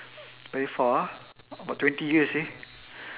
very far ah about twenty years eh